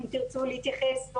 אם תרצו להתייחס,